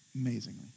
amazingly